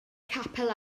capel